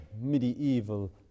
medieval